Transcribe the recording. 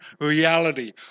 reality